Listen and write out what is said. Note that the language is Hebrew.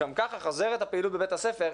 גם ככה חוזרת הפעילות בבית הספר,